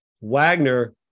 Wagner